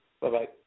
Bye-bye